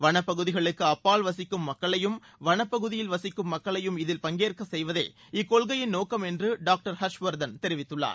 வனப்பகுதிகளுக்கு அப்பால் வசிக்கும் மக்களையும் வனப்பகுதியில் வசிக்கும் மக்களையும் இதில் பங்கேற்க செய்வதே இக்கொள்கையின் நோக்கம் என்று டாக்டர் ஹர்ஷ்வர்தன் தெரிவித்துள்ளார்